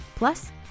Plus